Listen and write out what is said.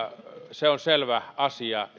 se on selvä asia